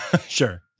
Sure